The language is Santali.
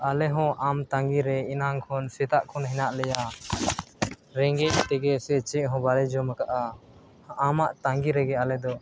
ᱟᱞᱮᱦᱚᱸ ᱟᱢ ᱛᱟᱸᱜᱤᱨᱮ ᱮᱱᱟᱝ ᱠᱷᱚᱱ ᱥᱮᱛᱟᱜ ᱠᱷᱚᱱ ᱦᱮᱱᱟᱜ ᱞᱮᱭᱟ ᱨᱮᱸᱜᱮᱡ ᱛᱮᱜᱮ ᱥᱮ ᱪᱮᱫ ᱦᱚᱸ ᱵᱟᱞᱮ ᱡᱚᱢ ᱠᱟᱫᱼᱟ ᱟᱢᱟᱜ ᱛᱟᱺᱜᱤ ᱨᱮᱜᱮ ᱟᱞᱮᱫᱚ